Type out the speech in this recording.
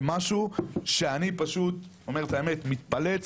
זה משהו שאני אומר את האמת פשוט מתפלץ,